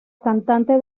cantante